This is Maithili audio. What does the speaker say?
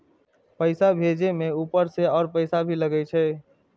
पैसा भेजे में ऊपर से और पैसा भी लगे छै?